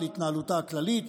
להתנהלותה הכללית,